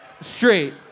Straight